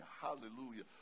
hallelujah